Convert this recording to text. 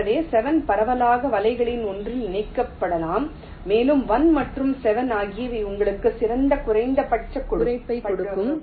எனவே 7 பரவலான வலைகளில் ஒன்றில் ஒன்றிணைக்கப்படலாம் மேலும் 1 மற்றும் 7 ஆகியவை உங்களுக்கு சிறந்த குறைப்பைக் கொடுக்கும்